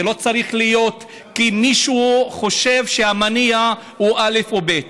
זה לא צריך להיות כי מישהו חושב שהמניע הוא א' או ב'.